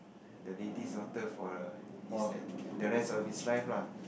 the lady's daughter for err his at the rest of his life lah